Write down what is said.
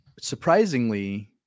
surprisingly